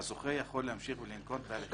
שהזוכה יכול להמשיך ולנקוט בהליכים.